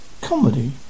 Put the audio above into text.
Comedy